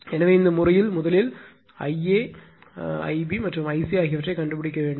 எனவே இந்த முறையில் முதலில் Ia Ib மற்றும் Ic ஆகியவற்றைக் கண்டுபிடிக்க வேண்டும்